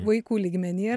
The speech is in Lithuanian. vaikų lygmenyje